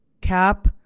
cap